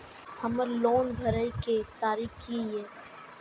हमर लोन भरए के तारीख की ये?